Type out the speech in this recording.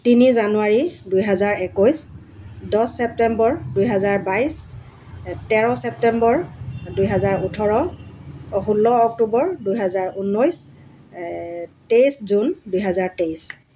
তিনি জানুৱাৰী দুহেজাৰ একৈছ দহ ছেপ্টেম্বৰ দুহেজাৰ বাইছ তেৰ ছেপ্টেম্বৰ দুহেজাৰ ওঠৰ ষোল্ল অক্টোবৰ দুহেজাৰ ঊনৈছ তেইছ জুন দুহেজাৰ তেইছ